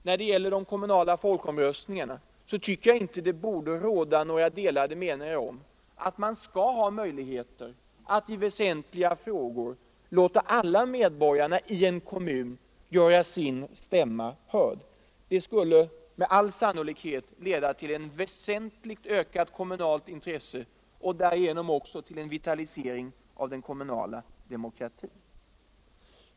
När det gäller de kommunala folkomröstningarna tycker jag inte det borde råda några delade meningar om att man skall ha möjlighet att i väsentliga frågor låta alla medborgare i en kommun göra sin stämma hörd. Det skulle med all sannolikhet leda till ett väsentligt ökat kommunalt intresse och därigenom också till en vitalisering av den kommunala demokratin.